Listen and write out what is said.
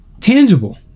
tangible